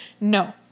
No